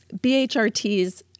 BHRTs